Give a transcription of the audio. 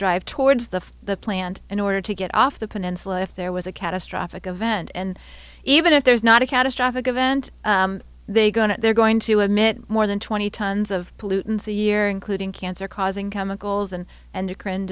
drive towards the plant in order to get off the peninsula if there was a catastrophic event and even if there's not a catastrophic event they going to they're going to admit more than twenty tons of pollutants a year including cancer causing chemicals and and